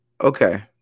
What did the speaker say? Okay